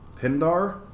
Pindar